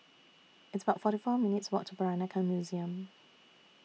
It's about forty four minutes' Walk to Peranakan Museum